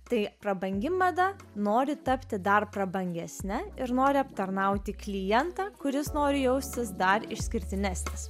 tai prabangi mada nori tapti dar prabangesne ir nori aptarnauti klientą kuris nori jaustis dar išskirtinesnis